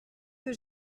que